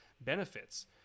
benefits